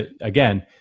again